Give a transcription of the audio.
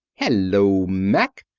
hel-lo, mack!